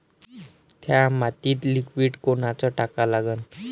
थ्या मातीत लिक्विड कोनचं टाका लागन?